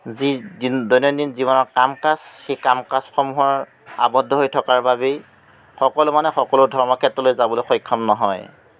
যি দৈনন্দিন জীৱনৰ কাম কাজ সেই কাম কাজসমূহৰ আবদ্ধ হৈ থকাৰ বাবেই সকলো মানুহে সকলো ধৰ্মক্ষেত্ৰলৈ যাবলৈ সক্ষম নহয়